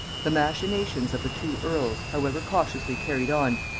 the machinations of the two earls, however cautiously carried on,